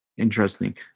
Interesting